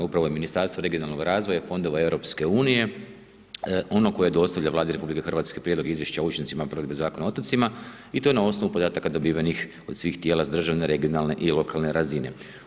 Upravo je Ministarstvo regionalnog razvoja i fondova EU ono koje dostavlja Vladi RH Prijedlog izvješća o učincima provedbe Zakona o otocima i to na osnovu podataka dobivenih od svih tijela sa državne, regionalne i lokalne razine.